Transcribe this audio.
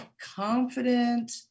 confident